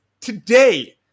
Today